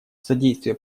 содействия